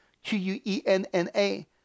Q-U-E-N-N-A